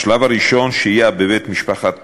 השלב הראשון, שהייה בבית משפחה אומנת.